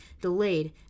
delayed